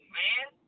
man